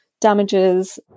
damages